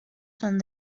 son